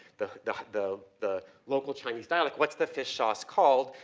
the, the, the, the local chinese dialect what's the fish sauce called?